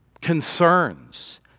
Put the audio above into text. concerns